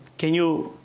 can you